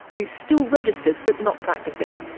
who's still registered but not practising,